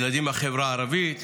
ילדים מהחברה הערבית,